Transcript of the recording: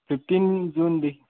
fifteen जुनदेखि